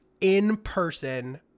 in-person